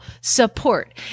support